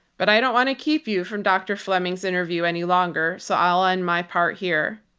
but i don't want to keep you from dr. fleming's interview any longer, so i'll end my part here.